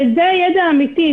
וזה הידע האמיתי.